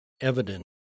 evident